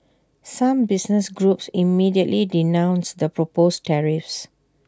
some business groups immediately denounced the proposed tariffs